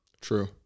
true